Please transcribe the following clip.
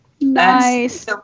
nice